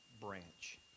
branch